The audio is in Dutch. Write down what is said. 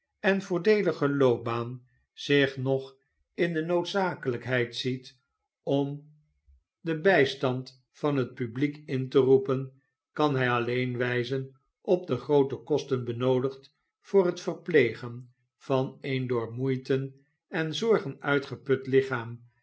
en voordeelige loopbaan zich nog in de noodzakelijkheid ziet om den bijstand van het publiek in te roepen kan hij alleen wijzen op de groote kosten benoodigd voor het verplegen van een door moeiten en zorgen uitgeput lichaam